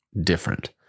different